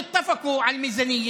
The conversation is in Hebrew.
נניח שיש הסכמה על התקציב אז הממשלה